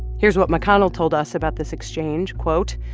here's what mcconnell told us about this exchange quote,